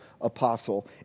apostle